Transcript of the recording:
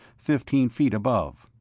fifteen feet above.